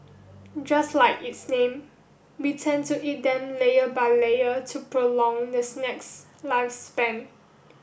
just like its name we tend to eat them layer by layer to prolong the snack's lifespan